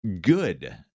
good